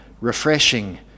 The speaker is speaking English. refreshing